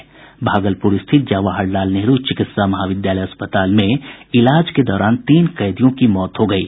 भागलपुर स्थित जवाहरलाल नेहरू चिकित्सा महाविद्यालय अस्पताल में इलाज के दौरान तीन कैदियों की मौत हो गयी